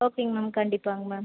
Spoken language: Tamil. ஓகேங்க மேம் கண்டிப்பாங்க மேம்